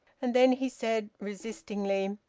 and then he said resistingly,